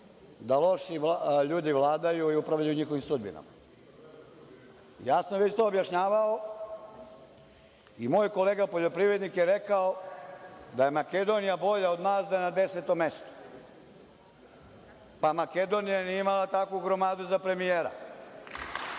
da loši ljudi vladaju i upravljaju njihovim sudbinama. Ja sam već to objašnjavao i moj kolega poljoprivrednik je rekao da je Makedonija bolja od nas, da je na 10. mestu. Pa, Makedonija nije imala takvu gromadu za premijera.